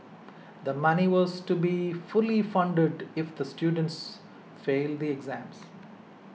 the money was to be fully funded if the students fail the exams